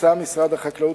הקצה משרד החקלאות